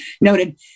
Noted